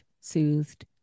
soothed